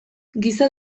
giza